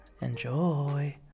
Enjoy